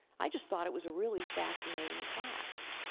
i just thought it was a really fascinating class.